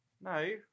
no